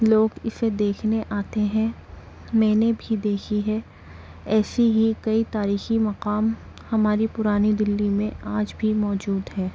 لوگ اسے دیکھنے آتے ہیں میں نے بھی دیکھی ہے ایسی ہی کئی تاریخی مقام ہماری پرانی دلی میں آج بھی موجود ہیں